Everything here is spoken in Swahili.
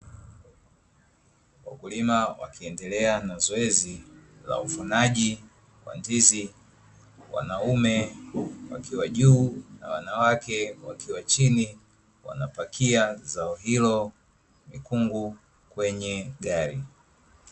Wakulima wakiendelea na zoezi la uvunaji wa ndizi, wanaume wakiwa juu na wanawake wakiwa chini wanapakia zao hilo mikungu kwenye gari.